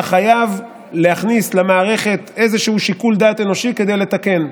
אתה חייב להכניס למערכת איזשהו שיקול דעת אנושי כדי לתקן,